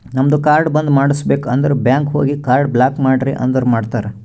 ನಮ್ದು ಕಾರ್ಡ್ ಬಂದ್ ಮಾಡುಸ್ಬೇಕ್ ಅಂದುರ್ ಬ್ಯಾಂಕ್ ಹೋಗಿ ಕಾರ್ಡ್ ಬ್ಲಾಕ್ ಮಾಡ್ರಿ ಅಂದುರ್ ಮಾಡ್ತಾರ್